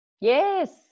yes